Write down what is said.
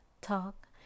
talk